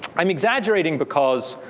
i'm exaggerating because,